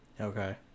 okay